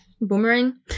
boomerang